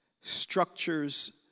structures